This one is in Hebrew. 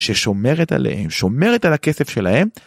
ששומרת עליהם, שומרת על הכסף שלהם.